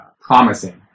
promising